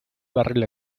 barril